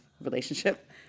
relationship